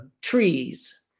trees